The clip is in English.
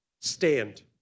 stand